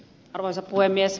arvoisa puhemies